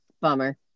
Bummer